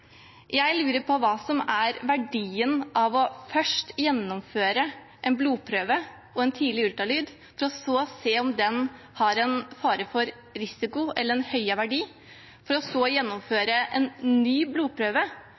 Jeg lurer på hva som er verdien av først å gjennomføre en blodprøve og en tidlig ultralyd, for så å se om det er en fare for risiko eller har forhøyet verdi, for så å ta en ny blodprøve